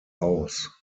aus